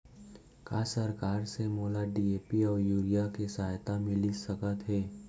का सरकार से मोला डी.ए.पी अऊ यूरिया के सहायता मिलिस सकत हे?